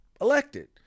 elected